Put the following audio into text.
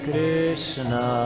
Krishna